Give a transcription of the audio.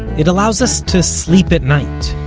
it allows us to sleep at night.